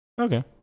Okay